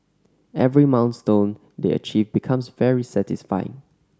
every milestone they achieve becomes very satisfying